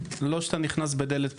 לא שאתה נכנס בדלת פתוחה,